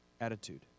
attitude